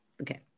Okay